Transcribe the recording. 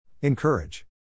Encourage